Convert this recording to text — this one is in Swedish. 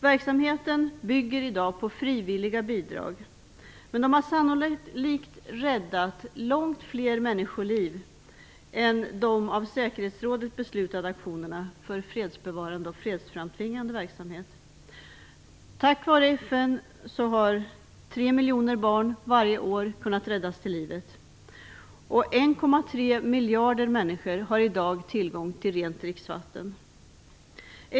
Verksamheten bygger i dag på frivilliga bidrag, men de har sannolikt räddat långt fler människoliv än de av säkerhetsrådet beslutade aktionerna för fredsbevarande och fredsframtvingande verksamhet. Tack vare FN har 3 miljoner barn varje år kunnat räddas till livet, och 1,3 miljarder människor har i dag tillgång till rent dricksvatten.